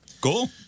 Cool